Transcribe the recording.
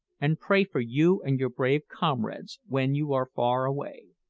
and pray for you and your brave comrades, when you are far away.